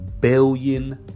billion